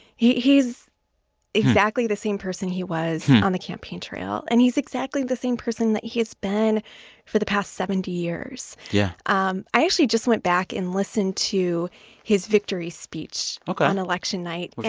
he is exactly the same person he was on the campaign trail. and he's exactly the same person that he has been for the past seventy years yeah um i actually just went back and listened to his victory speech. ok. on election night which